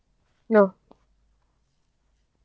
no